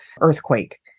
earthquake